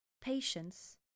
patience